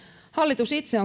hallitus itse